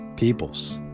People's